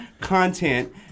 content